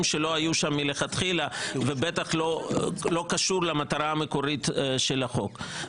שלא היו בו מלכתחילה ובטח לא קשורים למטרה המקורית של החוק.